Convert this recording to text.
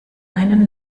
einen